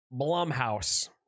Blumhouse